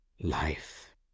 Life